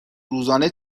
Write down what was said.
روزانه